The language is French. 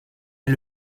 est